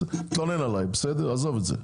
אז תתלונן עליי, עזוב את זה.